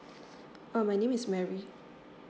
oh my name is mary